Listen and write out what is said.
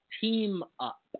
team-up